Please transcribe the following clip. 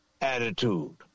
attitude